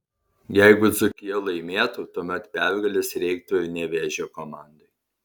jeigu dzūkija laimėtų tuomet pergalės reiktų ir nevėžio komandai